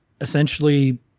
essentially